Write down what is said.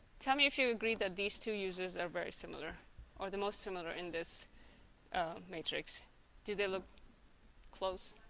tell me if you agree that these two users are very similar or the most similar in this matrix do they look close.